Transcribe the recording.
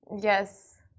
Yes